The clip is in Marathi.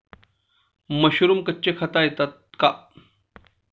मशरूम कच्चे खाता येते का?